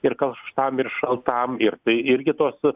ir karštam ir šaltam ir tai irgi tos